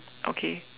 okay